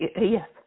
Yes